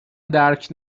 درک